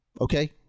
okay